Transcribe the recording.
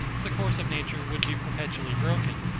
the course of nature would be perpetually broken,